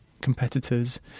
competitors